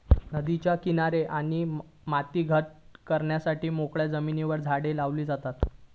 नद्यांचे किनारे आणि माती घट करण्यासाठी मोकळ्या जमिनीर झाडे लावली जातत